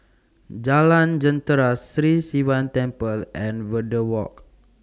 Jalan Jentera Sri Sivan Temple and Verde Walk